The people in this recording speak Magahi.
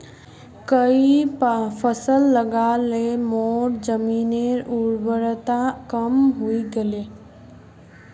कई फसल लगा ल मोर जमीनेर उर्वरता कम हई गेले